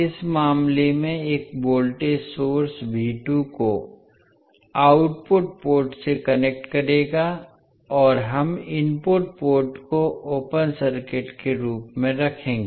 इस मामले में एक वोल्टेज सोर्स को आउटपुट पोर्ट से कनेक्ट करेगा और हम इनपुट पोर्ट को ओपन सर्किट के रूप में रखेंगे